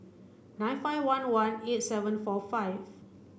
nine five one one eight seven four five